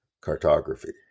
cartography